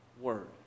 word